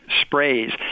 sprays